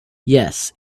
yes